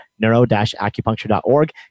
neuro-acupuncture.org